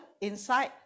inside